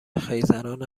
خیزران